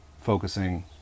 focusing